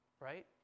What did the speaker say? Right